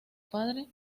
padre